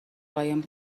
قایم